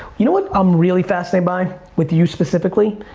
you know what i'm really fascinated by? with you, specifically?